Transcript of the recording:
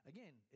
Again